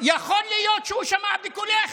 יכול להיות שהוא שמע בקולך,